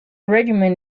regimen